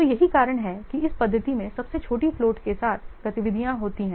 तो यही कारण है कि इस पद्धति में सबसे छोटी फ्लोट के साथ गतिविधियां होती हैं